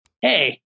hey